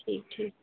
ٹھیک ٹھیک